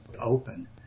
open